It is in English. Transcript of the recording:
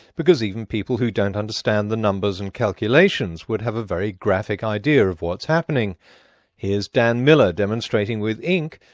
because even people who don't understand the numbers and calculations would have a very graphic idea of what's happening here's dan miller demonstrating with ink,